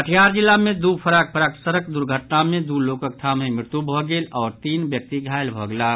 कटिहार जिला मे दू फराक फराक सड़क दुर्घटना मे दू लोकक ठामहि मृत्यु भऽ गेल आओर तीन व्यक्ति घालय भऽ गेलाह